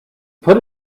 put